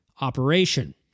operation